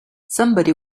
somebody